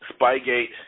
Spygate